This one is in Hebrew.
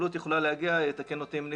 עלות יכולה להגיע יתקנו אותי אם אני